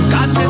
God